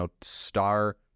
star